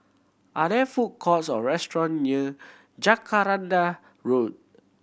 are there food courts or restaurant near Jacaranda Road